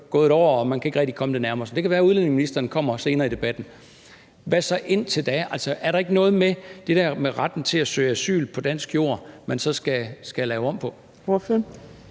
gået et år, og man kan ikke rigtig komme det nærmere, men det kan så være, at udlændingeministeren senere kommer ind i debatten. Hvad så indtil da? Er der ikke noget med, at det der med retten til at søge asyl på dansk jord skal man så lave om på?